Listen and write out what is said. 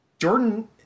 Jordan